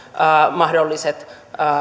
mahdolliset